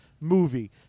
movie